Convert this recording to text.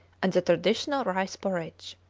and the traditional rice porridge.